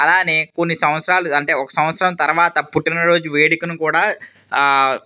అలానే కొన్ని సంవత్సరాలు అంటే ఒక సంవత్సరం తర్వాత పుట్టినరోజు వేడుకను కూడా